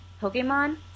Pokemon